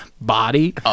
body